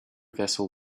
vessel